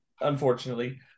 unfortunately